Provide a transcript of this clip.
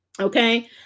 okay